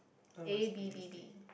A B B B